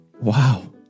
wow